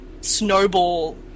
snowball